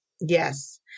Yes